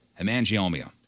Hemangioma